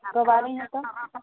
कब आ रही है तो